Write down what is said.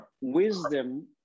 Wisdom